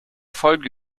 folge